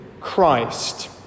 Christ